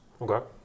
Okay